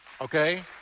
Okay